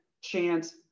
chance